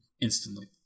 instantly